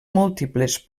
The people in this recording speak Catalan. múltiples